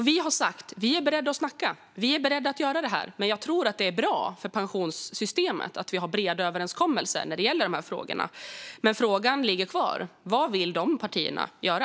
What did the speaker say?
Vi har sagt att vi är beredda att snacka och att vi är beredda att göra det här. Men jag tror att det är bra för pensionssystemet att vi har breda överenskommelser när det gäller de här frågorna. Frågan ligger kvar: Vad vill de partierna göra?